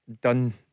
done